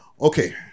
Okay